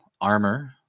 Armor